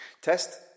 Test